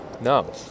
No